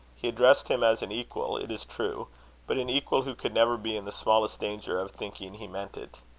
he addressed him as an equal, it is true but an equal who could never be in the smallest danger of thinking he meant it.